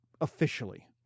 officially